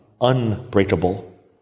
unbreakable